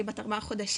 היא בת ארבעה חודשים.